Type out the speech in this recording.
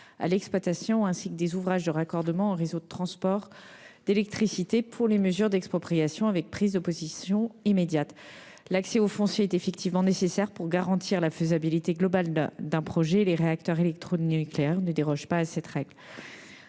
à l'exploitation ainsi que les ouvrages permettant le raccordement aux réseaux de transport d'électricité pour les mesures d'expropriation avec prise de position immédiate. L'accès au foncier est effectivement nécessaire pour garantir la faisabilité globale d'un projet et les réacteurs électronucléaires ne dérogent pas à cette règle.